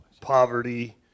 poverty